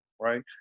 Right